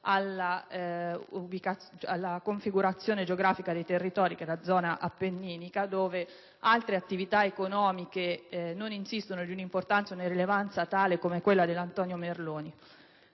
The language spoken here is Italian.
alla configurazione geografica dei territori della zona appenninica, dove altre attività economiche non hanno un'importanza e una rilevanza pari a quelle dell'azienda Antonio Merloni.